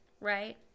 right